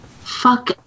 fuck